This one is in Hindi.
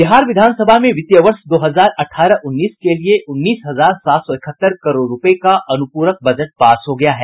बिहार विधान सभा में वित्तीय वर्ष दो हजार अठारह उन्नीस के लिए उन्नीस हजार सात सौ इकहत्तर करोड़ रूपये का अनुप्रक बजट पास हो गया है